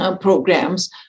Programs